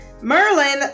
Merlin